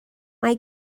mae